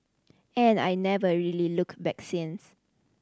and I never really looked back since